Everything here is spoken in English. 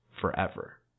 forever